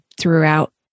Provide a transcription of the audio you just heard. throughout